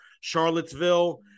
Charlottesville